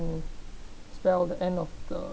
um spell the end of the